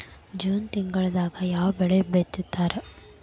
June ತಿಂಗಳದಾಗ ಯಾವ ಬೆಳಿ ಬಿತ್ತತಾರ?